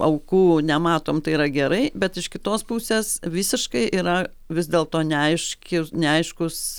aukų nematom tai yra gerai bet iš kitos pusės visiškai yra vis dėlto neaiški neaiškus